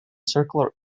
circular